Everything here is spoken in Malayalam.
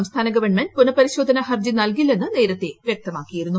സംസ്ഥാന ഗവൺമെന്റ് പുനപരിശോധന ഹർജി നൽകില്ലെന്ന് നേരത്തെ വ്യക്തമാക്കിയിരുന്നു